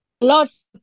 lots